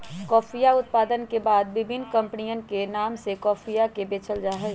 कॉफीया उत्पादन के बाद विभिन्न कमपनी के नाम से कॉफीया के बेचल जाहई